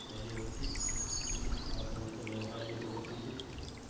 ତିଆରି ହେଉଛି ଆଉ ସମସ୍ତେ ବ୍ୟବହାର ବି କରୁଛନ୍ତି